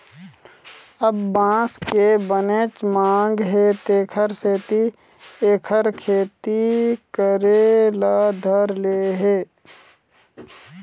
अब बांस के बनेच मांग हे तेखर सेती एखर खेती करे ल धर ले हे